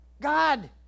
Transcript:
God